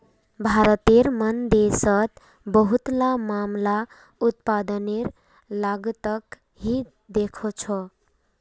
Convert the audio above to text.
भारतेर मन देशोंत बहुतला मामला उत्पादनेर लागतक ही देखछो